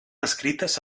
escrites